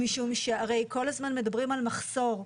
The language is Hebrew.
משום שהרי כל הזמן מדברים על מחסור,